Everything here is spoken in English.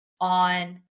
on